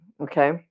Okay